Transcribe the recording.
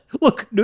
look